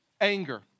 anger